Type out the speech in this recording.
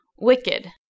Wicked